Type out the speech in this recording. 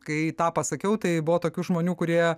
kai tą pasakiau tai buvo tokių žmonių kurie